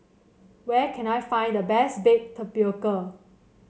where can I find the best Baked Tapioca